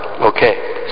Okay